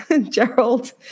Gerald